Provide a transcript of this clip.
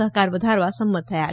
સહકાર વધારવા સંમત થયા છે